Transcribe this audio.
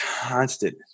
constant